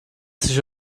sich